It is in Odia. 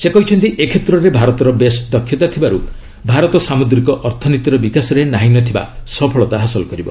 ସେ କହିଛନ୍ତି ଏ କ୍ଷେତ୍ରରେ ଭାରତର ବେଶ୍ ଦକ୍ଷତା ଥିବାରୁ ଭାରତ ସାମୁଦ୍ରିକ ଅର୍ଥନୀତିର ବିକାଶରେ ନାହିଁ ନ ଥିବା ସଫଳତା ହାସଲ କରିବ